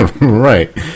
Right